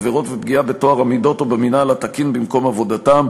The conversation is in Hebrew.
עבירות ופגיעה בטוהר המידות או במינהל התקין במקום עבודתם),